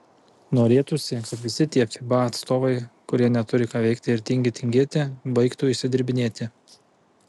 norėtųsi kad visi tie fiba atstovai kurie neturi ką veikti ir tingi tingėti baigtų išsidirbinėti